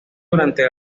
durante